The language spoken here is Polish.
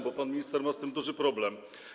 Bo pan minister ma z tym duży problem.